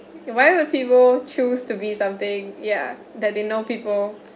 why would people choose to be something ya that you know people